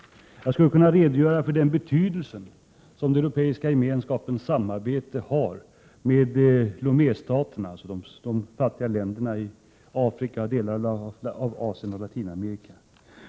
Jag skulle kunna redogöra för betydelsen av den europeiska gemenskapens samarbete med Loméstaterna, alltså de fattiga länderna i Afrika, delar av Asien och Latinamerika.